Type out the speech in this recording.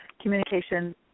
communication